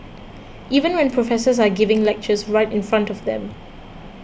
even when professors are giving lectures right in front of them